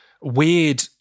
weird